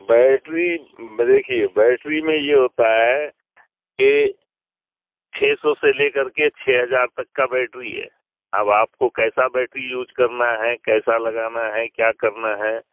battery دیکھیے battery میں یہ ہوتا ہے کہ چھ سو سے لے کر کے چھ ہزار تک کا بیٹری ہے اب آپ کو کیسا بیٹری یوز کرنا ہے کیسا لگانا ہے کیا کرنا ہے